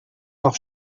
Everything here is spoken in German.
noch